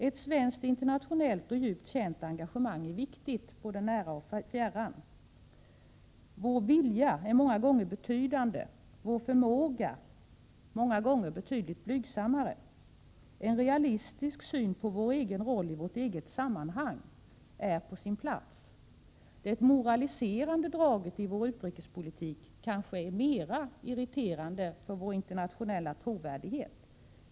Ett svenskt internationellt och djupt känt engagemang är viktigt, både nära och fjärran. Vår vilja är många gånger betydande, vår förmåga många gånger betydligt blygsammare. En realistisk syn på vår egen roll i vårt eget sammanhang är på sin plats. Det moraliserande draget i vår utrikespolitik kanske är mera irriterande för vår internationella trovärdighet.